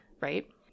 Right